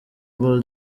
bull